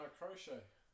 crochet